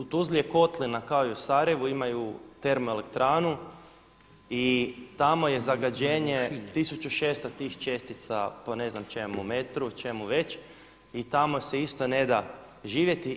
U Tuzli je kotlina kao i u Sarajevu, imaju termoelektranu i tamo je zagađenje 1600 tih čestica po ne znam čemu metru, čemu već i tamo se isto ne da živjeti.